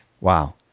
Wow